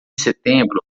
setembro